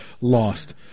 Lost